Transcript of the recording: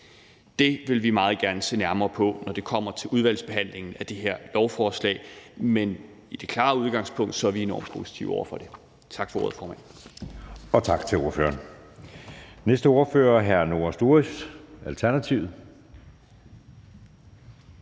Det vil vi meget gerne se nærmere på, når vi kommer til udvalgsbehandlingen af det her lovforslag, men vores klare udgangspunkt er, at vi er enormt positive over for det. Tak for ordet, formand. Kl. 12:28 Anden næstformand (Jeppe Søe): Tak til ordføreren. Den næste ordfører er hr. Noah Sturis, Alternativet.